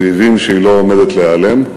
הוא הבין שהיא לא עומדת להיעלם.